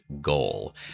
goal